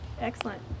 excellent